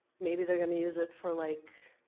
maybe they're gonna use it for like,